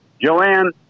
Joanne